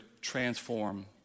transform